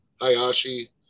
Hayashi